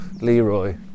Leroy